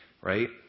right